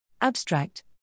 Abstract